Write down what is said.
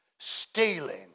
stealing